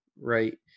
Right